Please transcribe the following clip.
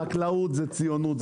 חקלאות זו ציונות,